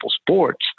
sports